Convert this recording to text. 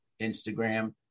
Instagram